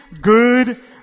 good